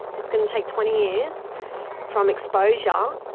it's going to take twenty years from exposure,